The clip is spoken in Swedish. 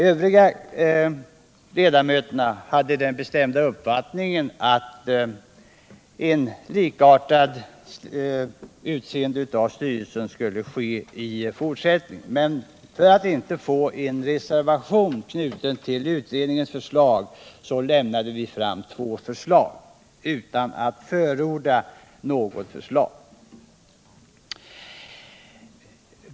Övriga ledamöter hade den bestämda uppfattningen att styrelserna i stort sett även i fortsättningen skulle utses så som tidigare skett, men för att inte behöva få en reservation knuten till utredningens förslag avgav man två förslag utan att förorda något av dem.